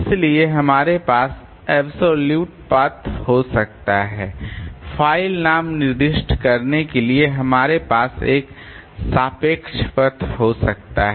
इसलिए हमारे पास अब्सोल्युट पथ हो सकता है फ़ाइल नाम निर्दिष्ट करने के लिए हमारे पास एक सापेक्ष पथ हो सकता है